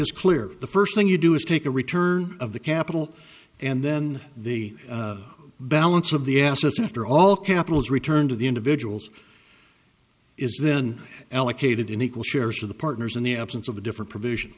is clear the first thing you do is take a return of the capital and then the balance of the assets after all capitals return to the individuals is then elec hated in equal shares of the partners in the absence of a different provision